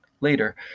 later